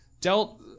dealt